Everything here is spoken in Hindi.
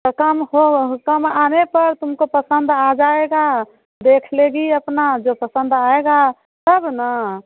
और कम हो कम आने पर तुमको पसंद आ जाएगा देख लेगी अपना जो पसंद आएगा तब ना